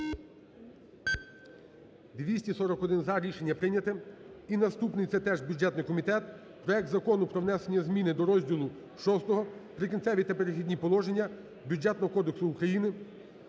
За-241 Рішення прийнято. І наступний. Це теж бюджетний комітет. Проект Закону про внесення зміни до розділу VI "Прикінцеві та перехідні положення" Бюджетного кодексу України